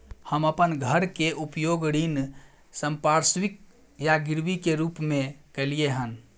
हम अपन घर के उपयोग ऋण संपार्श्विक या गिरवी के रूप में कलियै हन